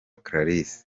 clarisse